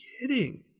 kidding